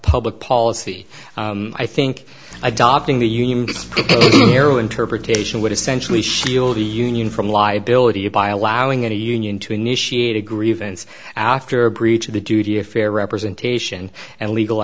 public policy i think adopting the union interpretation would essentially shield the union from liability by allowing a union to initiate a grievance after a breach of the duty of fair representation and legal